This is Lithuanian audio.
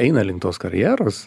eina link tos karjeros